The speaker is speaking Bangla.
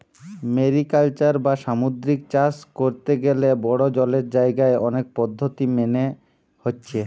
মেরিকালচার বা সামুদ্রিক চাষ কোরতে গ্যালে বড়ো জলের জাগায় অনেক পদ্ধোতি মেনে হচ্ছে